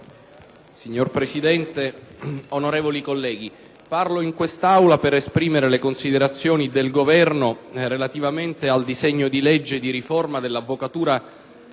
Signora Presidente, onorevoli colleghi, intervengo in quest'Aula per esprimere le considerazioni del Governo relativamente al disegno di legge di riforma dell'avvocatura